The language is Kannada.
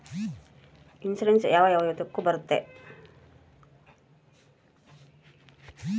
ಇನ್ಶೂರೆನ್ಸ್ ಯಾವ ಯಾವುದಕ್ಕ ಬರುತ್ತೆ?